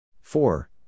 Four